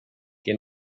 que